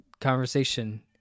conversation